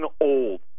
old